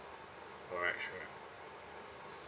alright sure